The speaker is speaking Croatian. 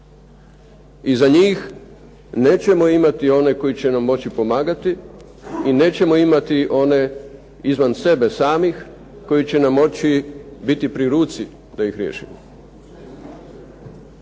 I za njih nećemo imati one koji će nam moći pomagati i nećemo imati one izvan sebe samih koji će nam moći biti pri ruci da ih riješimo.